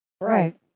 Right